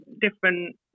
different